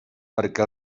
perquè